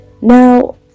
Now